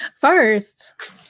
First